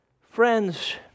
friends